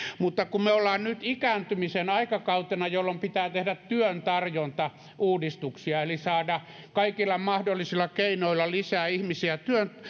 mutta nyt kun me olemme ikääntymisen aikakaudella jolloin pitää tehdä työn tarjonnan uudistuksia eli saada kaikilla mahdollisilla keinoilla lisää ihmisiä